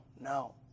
no